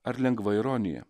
ar lengva ironija